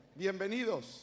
Bienvenidos